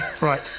right